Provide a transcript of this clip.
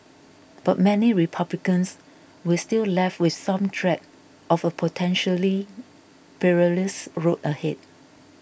but many Republicans were still left with some dread of a potentially perilous road ahead